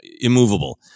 immovable